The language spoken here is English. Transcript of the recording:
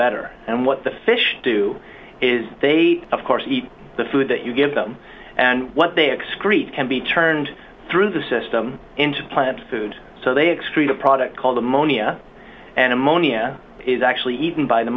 better and what the fish do is they of course eat the food that you give them and what they excrete can be turned through the system into plant food so they excrete a product called ammonia and ammonia is actually eaten by the